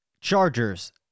Chargers